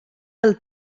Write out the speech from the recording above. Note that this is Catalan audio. del